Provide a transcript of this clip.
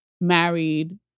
married